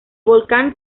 volcán